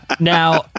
Now